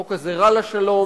החוק הזה רע לשלום,